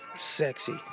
Sexy